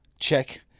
Check